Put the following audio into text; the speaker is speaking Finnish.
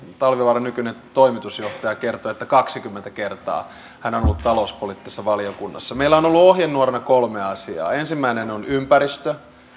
talvivaaran nykyinen toimitusjohtaja kertoi että kaksikymmentä kertaa hän on ollut talouspoliittisessa valiokunnassa meillä on ollut ohjenuorana kolme asiaa ensimmäinen on ympäristö